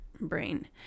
brain